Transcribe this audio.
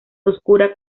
oscura